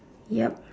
yup